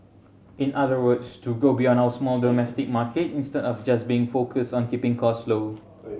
in other words to grow beyond our small domestic market instead of just being focused on keeping cost low